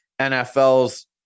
NFL's